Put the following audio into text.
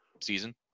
season